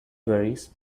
berries